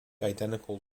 identical